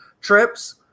trips